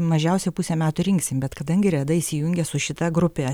mažiausiai pusę metų rinksim bet kadangi reda įsijungė su šita grupe